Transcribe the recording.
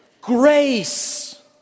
Grace